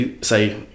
say